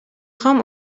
خواهم